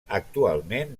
actualment